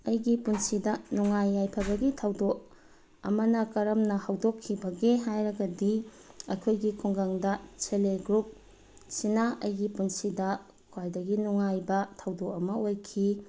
ꯑꯩꯒꯤ ꯄꯨꯟꯁꯤꯗ ꯅꯨꯡꯉꯥꯏ ꯌꯥꯏꯐꯕꯒꯤ ꯊꯧꯗꯣꯛ ꯑꯃꯅ ꯀꯔꯝꯅ ꯍꯧꯗꯣꯛꯈꯤꯕꯒꯦ ꯍꯥꯏꯔꯒꯗꯤ ꯑꯩꯈꯣꯏꯒꯤ ꯈꯨꯡꯒꯪꯗ ꯁꯦꯜꯐ ꯍꯦꯜꯞ ꯒ꯭ꯔꯨꯞꯁꯤꯅ ꯑꯩꯒꯤ ꯄꯨꯟꯁꯤꯗ ꯈ꯭ꯋꯥꯏꯗꯒꯤ ꯅꯨꯡꯉꯥꯏꯕ ꯊꯧꯗꯣꯛ ꯑꯃ ꯑꯣꯏꯈꯤ